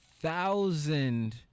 thousand